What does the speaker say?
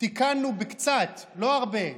תיקנו בקצת, לא הרבה,